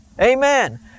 Amen